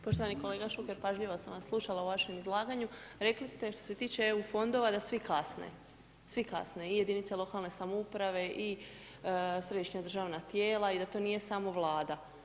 Poštovani kolega Šuker, pažljivo sam vas slušala u vašem izlaganju, rekli ste što se tiče EU fondova da svi kasne, svi kasne, i jedinice lokalne samouprave i središnja državna tijela i da to nije samo Vlada.